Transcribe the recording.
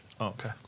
Okay